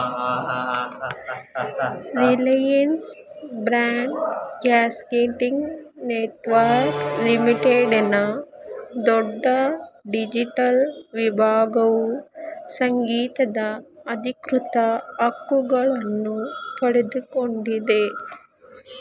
Reliance broadcasting network ಲಿಮಿಟೆಡೆನ ದೊಡ್ಡ digital ವಿಭಾಗವು ಸಂಗೀತದ ಅಧಿಕೃತ ಹಕ್ಕುಗಳನ್ನು ಪಡೆದುಕೊಂಡಿದೆ